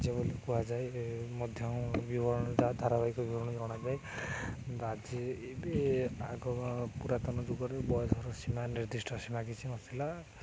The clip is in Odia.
ରାଜ୍ୟ ବୋଲି କୁହାଯାଏ ମଧ୍ୟ ବିବରଣ ଧାରାବାହିକ ବିବରଣୀ ଜଣାଯାଏ ଆଜି ଏବେ ଆଗ ପୁରାତନ ଯୁଗରେ ବୟସର ସୀମା ନିର୍ଦ୍ଧିଷ୍ଟ ସୀମା କିଛି ନଥିଲା